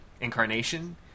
incarnation